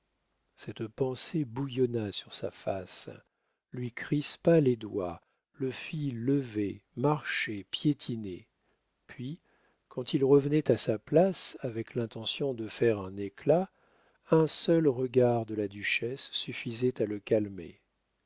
cette pensée bouillonna sur sa face lui crispa les doigts le fit lever marcher piétiner puis quand il revenait à sa place avec l'intention de faire un éclat un seul regard de la duchesse suffisait à le calmer